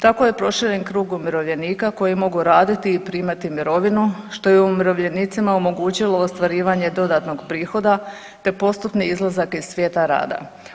Tako je proširen krug umirovljenika koji mogu raditi i primati mirovinu, što je umirovljenicima omogućilo ostvarivanje dodatnog prihoda, te postupni izlazak iz svijeta rada.